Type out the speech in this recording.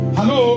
Hello